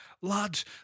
lads